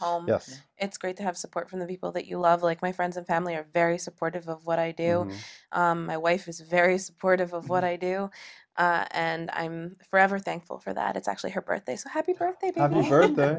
home it's great to have support from the people that you love like my friends and family are very supportive of what i do and wife is very supportive of what i do and i'm forever thankful for that it's actually her birthday so happy birthday happy bir